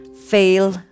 fail